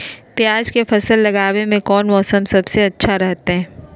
प्याज के फसल लगावे में कौन मौसम सबसे अच्छा रहतय?